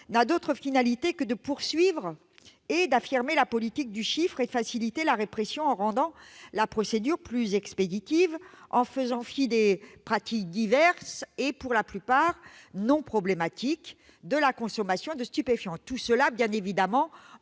n'a d'autre finalité que de poursuivre et d'affirmer la politique du chiffre et de faciliter la répression, en rendant la procédure plus expéditive, en faisant fi des pratiques diverses- pour la plupart non problématiques -, de la consommation de stupéfiants, et cela bien évidemment en